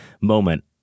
moment